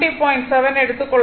7 எடுத்துக்கொள்ளலாம்